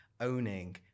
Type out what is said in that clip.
owning